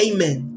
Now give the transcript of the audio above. Amen